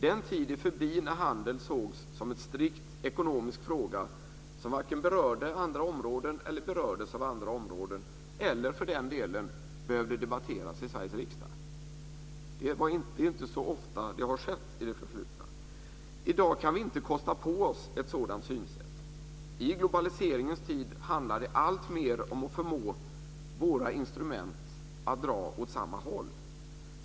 Den tid är förbi när handel sågs som en strikt ekonomisk fråga som varken berörde andra områden eller berördes av andra områden, eller för den delen behövde debatteras i Sveriges riksdag. Det har inte skett så ofta i det förflutna. I dag kan vi inte kosta på oss ett sådant synsätt. I globaliseringens tid handlar det alltmer om att förmå våra instrument att dra åt samma håll.